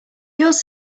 yours